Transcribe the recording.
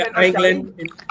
England